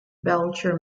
belcher